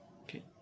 Okay